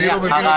אני לא מבין,